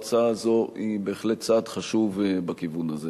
ההצעה הזאת היא בהחלט צעד חשוב בכיוון הזה.